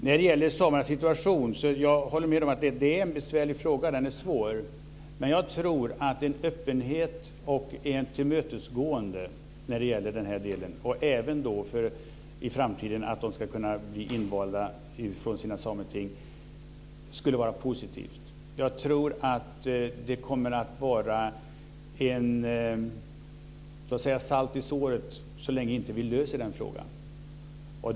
Jag håller med om att frågan om samernas situation är besvärlig, men jag tror att en öppenhet inför att de i framtiden ska kunna bli invalda från sina sameting skulle vara en positiv sak. Så länge den frågan är olöst tror jag att den kommer att vara ett salt i såret.